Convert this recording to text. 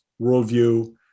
worldview